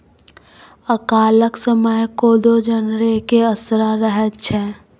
अकालक समय कोदो जनरेके असरा रहैत छै